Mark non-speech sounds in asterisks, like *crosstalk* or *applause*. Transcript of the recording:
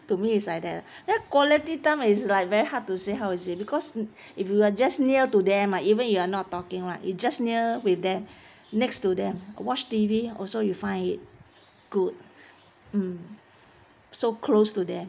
to me it's like that lah what quality time is like very hard to say how is it because mm if you are just near to them ah even you are not talking right you just near with them *breath* next to them watch T_V also you find it good hmm so close to them